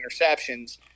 interceptions